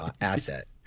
asset